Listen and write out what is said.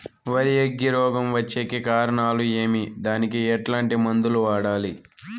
వరి అగ్గి రోగం వచ్చేకి కారణాలు ఏమి దానికి ఎట్లాంటి మందులు వాడాలి?